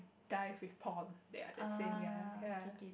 dive with Paul they are the same guy ya